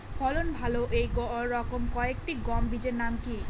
ফলন ভালো এই রকম কয়েকটি গম বীজের নাম কি?